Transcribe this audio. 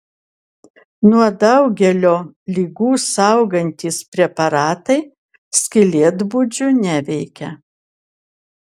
nuo daugelio ligų saugantys preparatai skylėtbudžių neveikia